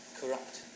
corrupt